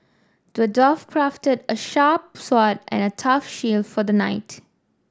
the dwarf crafted a sharp sword and a tough shield for the knight